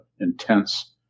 intense